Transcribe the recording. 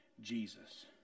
Jesus